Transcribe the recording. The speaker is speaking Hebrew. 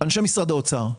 אנשי משרד האוצר,